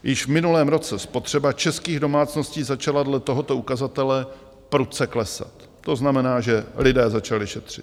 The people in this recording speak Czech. Již v minulém roce spotřeba českých domácností začala dle tohoto ukazatele prudce klesat, to znamená, že lidé začali šetřit.